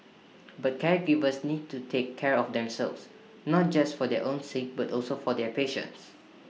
but caregivers need to take care of themselves not just for their own sake but also for their patients